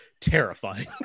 terrifying